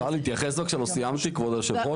אפשר להתייחס בבקשה, כבוד יושב הראש?